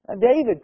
David